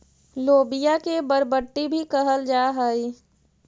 लोबिया के बरबट्टी भी कहल जा हई